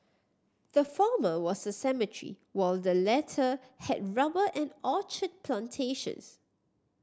the former was a cemetery while the latter had rubber and orchard plantations